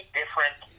different